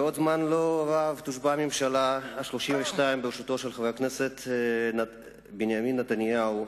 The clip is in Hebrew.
בעוד זמן לא רב תושבע הממשלה ה-32 בראשותו של חבר הכנסת בנימין נתניהו,